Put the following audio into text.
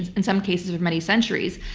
in some cases, over many centuries.